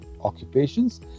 occupations